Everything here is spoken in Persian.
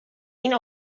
این